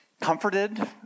comforted